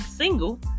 single